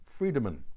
Friedemann